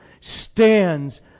stands